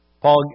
Paul